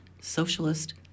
socialist